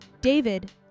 David